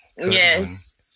Yes